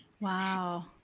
Wow